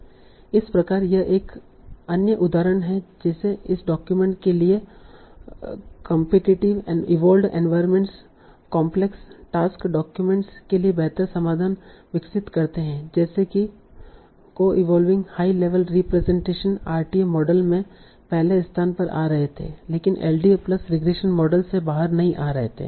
इस प्रकार यह एक अन्य उदाहरण है जैसे इस डॉक्यूमेंट के लिए competitive evolved environment complex task documents के लिए बेहतर समाधान विकसित करते हैं जैसे कि coevolving high level representations RTM model में पहले स्थान पर आ रहे थे लेकिन एलडीए प्लस रिग्रेशन मॉडल से बाहर नहीं आ रहे थे